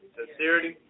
sincerity